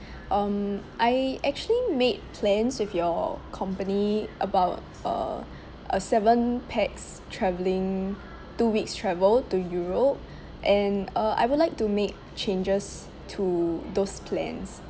um I actually made plans with your company about uh a seven pax travelling two weeks travel to europe and uh I would like to make changes to those plans